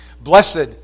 Blessed